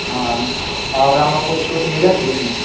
हँ आओर ओकरामे किछु छूट मिलत की नहि